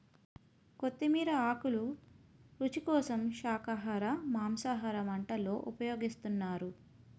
కొత్తిమీర ఆకులు రుచి కోసం శాఖాహార మాంసాహార వంటల్లో ఉపయోగిస్తున్నారు